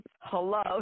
Hello